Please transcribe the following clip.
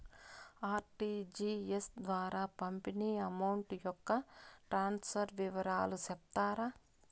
RTGS ద్వారా పంపిన amount యొక్క ట్రాన్స్ఫర్ వివరాలు సెప్తారా